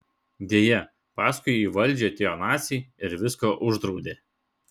deja paskui į valdžią atėjo naciai ir viską uždraudė